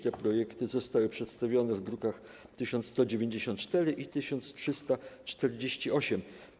Te projekty zostały przedstawione w drukach nr 1194 i 1348.